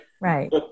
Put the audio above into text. right